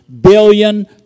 billion